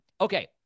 Okay